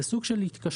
זה סוג של התקשרות.